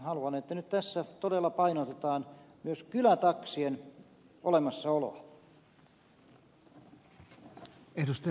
haluan että nyt tässä todella painotetaan myös kylätaksien olemassaoloa